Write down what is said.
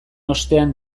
ostean